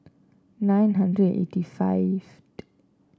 nine hundred eighty five